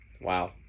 wow